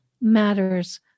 matters